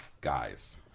guys